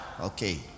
Okay